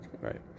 right